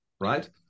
Right